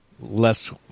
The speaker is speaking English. less